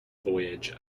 voyage